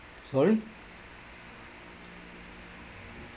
sorry